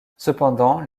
cependant